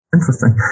Interesting